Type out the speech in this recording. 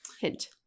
Hint